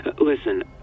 Listen